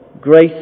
Grace